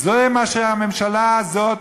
זה מה שהממשלה הזאת,